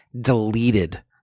deleted